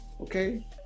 okay